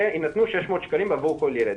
יינתנו 600 שקלים עבור כל ילד.